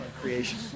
creation